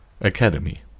Academy